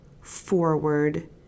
forward